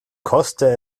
koste